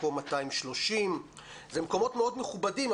מקום 230. אלה מקומות מאוד מכובדים,